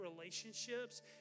relationships